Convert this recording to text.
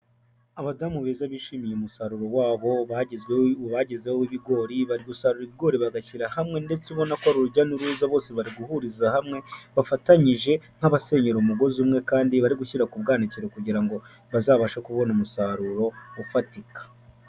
Abadamu beza bishimiye umusaruro wabo bagezweho bagezeho w'ibigori bari gusaba ibigori bagashyira hamwe ndetse ubona ko ari urujya n'uruza bose bari guhuriza hamwe bafatanyije nk'abasenyera umugozi umwe kandi bari gushyira ku bwanakiraru kugira ngo bazabashe kubona umusaruro ufatika.